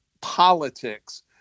politics